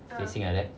facing like that